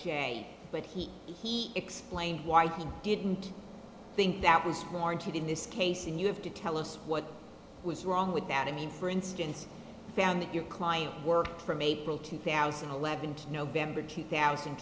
zero but he he explained why he didn't think that was more to do in this case and you have to tell us what was wrong with that i mean for instance found that your client worked from april two thousand and eleven to november two thousand